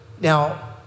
Now